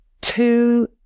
two